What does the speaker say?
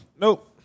Nope